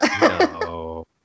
no